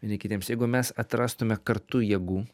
vieni kitiems jeigu mes atrastume kartu jėgų